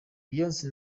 beyonce